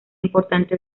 importante